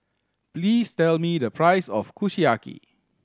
please tell me the price of Kushiyaki